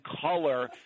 color